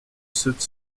sept